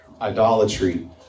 idolatry